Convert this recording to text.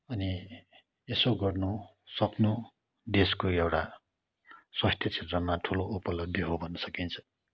अनि यसो गर्नु सक्नु देशको एउटा स्वास्थ्य क्षेत्रमा ठुलो उपलब्धि हो भन्न सकिन्छ